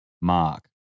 Mark